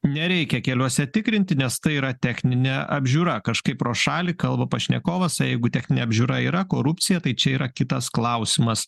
nereikia keliuose tikrinti nes tai yra techninė apžiūra kažkaip pro šalį kalba pašnekovas o jeigu techninė apžiūra yra korupcija tai čia yra kitas klausimas